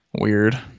Weird